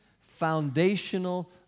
foundational